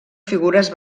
figures